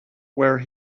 where